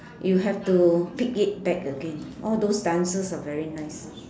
you have to pick it back again all those dances are very nice